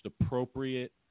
appropriate